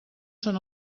són